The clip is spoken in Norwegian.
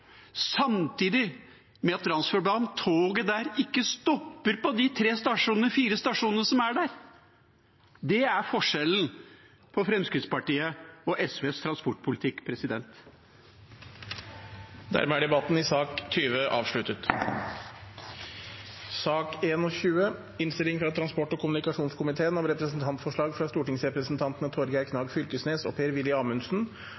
samtidig med at toget på Randsfjordbanen ikke stopper på de fire stasjonene som er der. Det er forskjellen på Fremskrittspartiets og SVs transportpolitikk. Flere har ikke bedt om ordet til sak nr. 20. Etter ønske fra transport- og kommunikasjonskomiteen